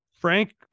Frank